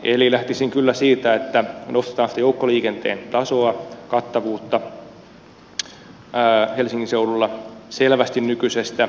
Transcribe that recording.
lähtisin kyllä siitä että nostetaan sitä joukkoliikenteen tasoa ja kattavuutta helsingin seudulla selvästi nykyisestä